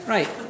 Right